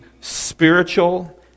spiritual